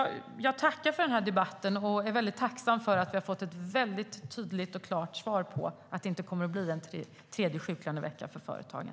Jag tackar för debatten. Jag är tacksam för att vi har fått ett tydligt och klart svar att det inte kommer att bli en tredje sjuklönevecka för företagen.